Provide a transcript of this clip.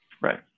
right